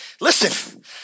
listen